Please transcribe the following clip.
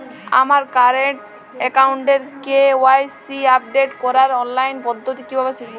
আমার কারেন্ট অ্যাকাউন্টের KYC update করার অনলাইন পদ্ধতি কীভাবে শিখব?